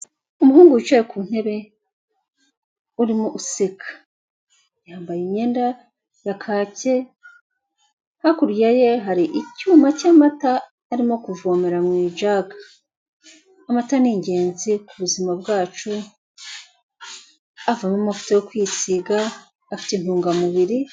Umuhungu wicaye ku ntebe urimo useka, yambaye imyenda ya kake, hakurya ye hari icyuma cy'amata barimo kuvomera mu ijage, amata ni ingenzi kubuzima bwacu, avamo amavuta yo kwisiga afite intungamubiri.